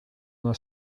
una